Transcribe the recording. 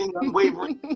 unwavering